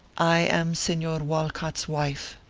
i am senor walcott's wife.